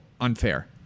unfair